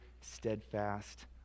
steadfast